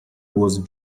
was